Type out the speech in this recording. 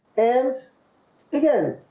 and again,